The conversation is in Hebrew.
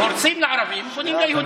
הורסים לערבים, בונים ליהודים.